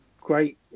great